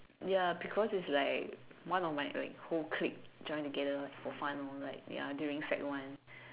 ya because it's like one of my like whole clique join together for fun orh like during sec one